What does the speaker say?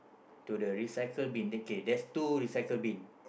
to the recycle bin okay there's two recycle bin